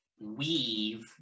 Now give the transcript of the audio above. weave